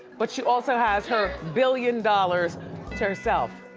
but she also has her billion dollars to herself.